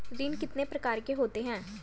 ऋण कितने प्रकार के होते हैं?